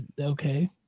Okay